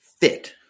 fit